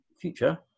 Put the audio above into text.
future